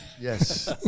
Yes